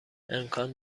امکان